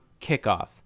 kickoff